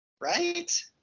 Right